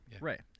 Right